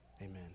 Amen